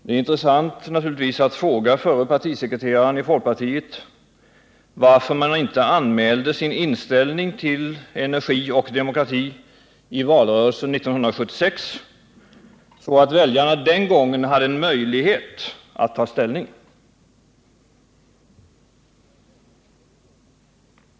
Det är naturligtvis intressant att fråga förre partisekreteraren i folkpartiet varför man inte anmälde sin inställning till energi och demokrati i valrörelsen 1976 så att väljarna den gången hade möjlighet att ta ställning.